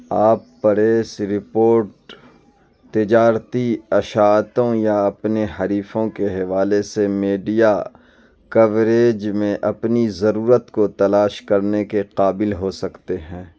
آپ press report تجارتی اشاعتوں یا اپنے حریفوں کے حوالے سے میڈیا کوریج میں اپنی ضرورت کو تلاش کرنے کے قابل ہو سکتے ہیں